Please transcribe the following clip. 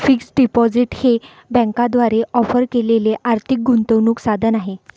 fixed deposit हे बँकांद्वारे offer केलेले आर्थिक गुंतवणूक साधन आहे